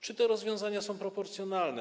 Czy te rozwiązania są proporcjonalne?